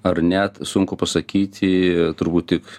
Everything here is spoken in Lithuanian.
ar net sunku pasakyti turbūt tik